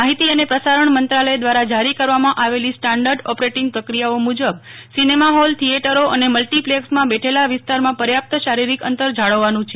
માહિતી અને પ્રસારણ મંત્રાલય દ્વારા જારી કરવામાં આવેલીસ્ટાન્ડર્ડ ઑપરેટિંગ પ્રક્રિયાઓ મુજબ સિનેમા હાલ થિયેટરો અને મલ્ટીપ્લેક્સમાં બેઠેલા વિસ્તારમાં પર્યાપ્તશારીરિક અંતર જાળવવાનું છે